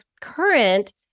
current